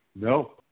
no